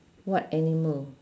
what animal